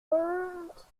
compte